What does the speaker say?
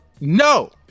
No